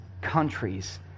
countries